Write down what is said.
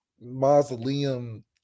mausoleum